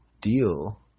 deal